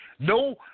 No